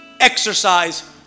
exercise